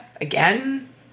again